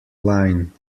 line